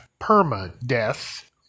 perma-death